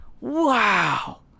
wow